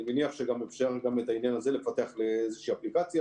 אני מניח שאפשר גם לעניין הזה לפתח איזושהי אפליקציה.